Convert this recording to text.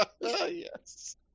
Yes